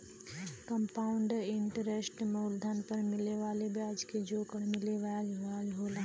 compound interest मूलधन पर मिले वाले ब्याज के जोड़के मिले वाला ब्याज होला